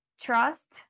trust